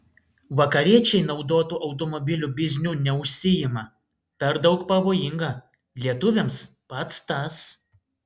vakariečiai naudotų automobilių bizniu neužsiima per daug pavojinga lietuviams pats tas